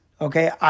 okay